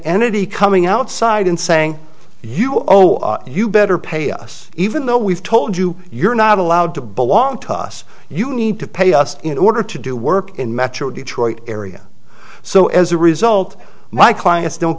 entity coming outside and saying you oh are you better pay us even though we've told you you're not allowed to belong to us you need to pay us in order to do work in metro detroit area so as a result my clients don't